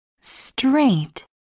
Straight